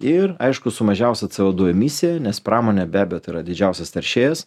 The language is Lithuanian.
ir aišku su mažiausia co du emisija nes pramonė be abejo tai yra didžiausias teršėjas